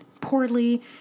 poorly